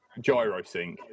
gyrosync